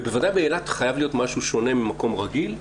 ובוודאי באילת חייב להיות משהו שונה ממקום רגיל,